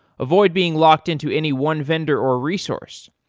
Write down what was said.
avoid being locked into any one vendor or resource.